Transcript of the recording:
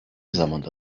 zamanda